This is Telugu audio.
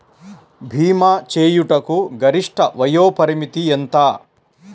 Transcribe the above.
భీమా చేయుటకు గరిష్ట వయోపరిమితి ఎంత?